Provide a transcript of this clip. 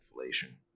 inflation